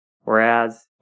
whereas